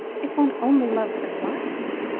if one only loves them rightly.